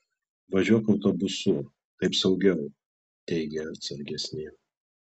važiuok autobusu taip saugiau teigė atsargesni